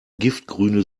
giftgrüne